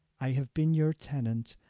i have been your tenant,